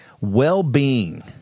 well-being